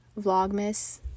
vlogmas